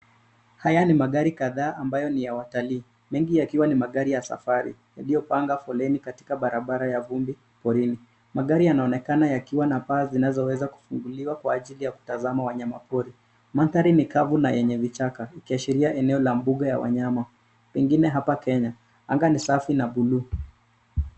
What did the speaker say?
Haya ni magari kadhaa ambayo ni ya watalii, mengi yakiwa ni magari ya safari yaliyopanga foleni katika barabara ya vumbi porini. Magari yanaonekana yakiwa na paa zinazoweza kufunguliwa kwa ajili ya kutazama wanyama pori. Mandhari ni kavu na yenye vichaka ikiashiria eneo la mbuga ya wanyama, pengine hapa Kenya. Anga ni safi na buluu.